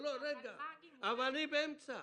אני באמצע.